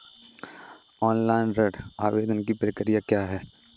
Online ऋण आवेदन की प्रक्रिया क्या है?